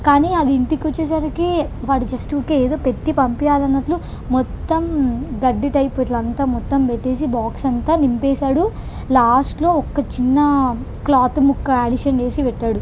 కానీ అది ఇంటికొచ్చేసరికి వాడు జస్ట్ ఊరికే ఏదో పెట్టి పంపియ్యాలన్నట్లు మొత్తం గడ్డి టైప్ ఇట్లంతా పెట్టేసి బాక్స్ అంతా నింపేసాడు లాస్ట్లో ఒక్క చిన్న క్లాత్ ముక్క అడిషన్ చేసి పెట్టాడు